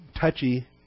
touchy